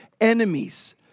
enemies